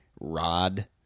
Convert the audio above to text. rod